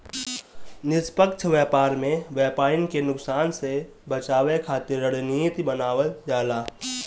निष्पक्ष व्यापार में व्यापरिन के नुकसान से बचावे खातिर रणनीति बनावल जाला